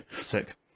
Sick